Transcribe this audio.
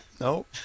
no